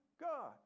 God